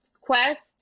Quest